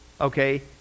okay